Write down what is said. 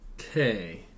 Okay